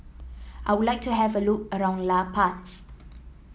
I would like to have a look around La Paz